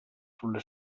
sulle